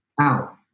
out